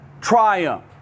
triumph